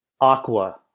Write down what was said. Aqua